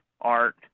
art